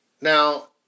Now